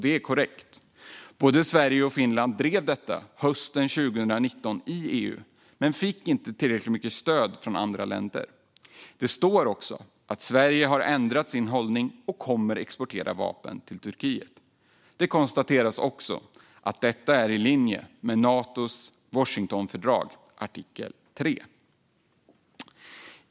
Det är korrekt. Både Sverige och Finland drev detta hösten 2019 i EU men fick inte med sig tillräckligt många andra länder. Det står också att Sverige har ändrat sin hållning och kommer att exportera vapen till Turkiet. Det konstateras även att detta är i linje med artikel 3 i Natos Washingtonfördrag.